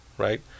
right